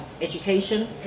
education